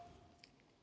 Tak